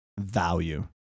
value